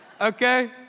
Okay